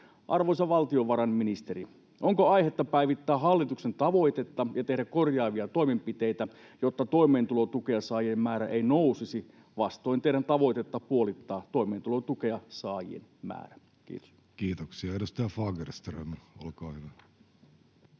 Arvoisa valtiovarainministeri, onko aihetta päivittää hallituksen tavoitetta ja tehdä korjaavia toimenpiteitä, jotta toimeentulotukea saavien määrä ei nousisi vastoin teidän tavoitetta puolittaa toimeentulotukea saavien määrä? — Kiitos. Kiitoksia. — Edustaja Fagerström, olkaa hyvä.